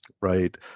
right